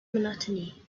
monotony